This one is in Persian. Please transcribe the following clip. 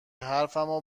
حرفمو